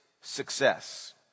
success